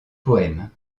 poème